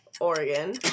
Oregon